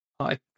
hi